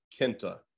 Kenta